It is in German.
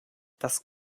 das